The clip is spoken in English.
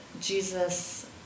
Jesus